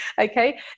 okay